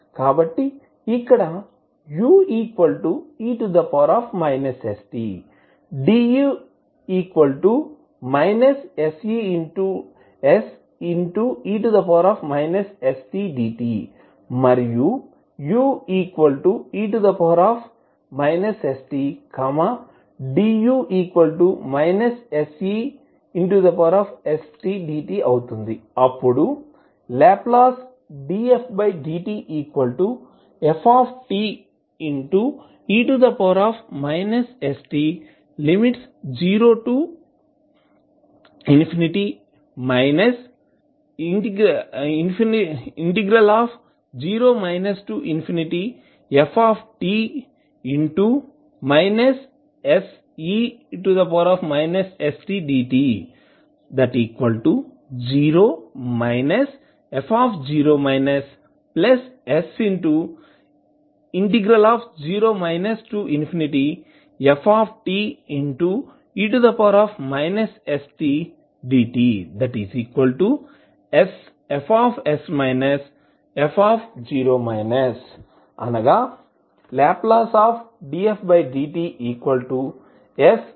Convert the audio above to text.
కాబట్టి ఇక్కడ u e−st du −se−st dt మరియు u e−st du −se−st dt అవుతుంది అప్పుడు Ldfdtfte st|0 0 ft se stdt 0 f0 s0 fte stdtsFs f Ldfdt sFs f అవుతుంది